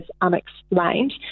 unexplained